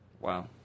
Wow